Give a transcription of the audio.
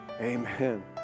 Amen